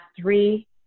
three